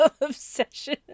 Obsession